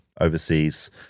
overseas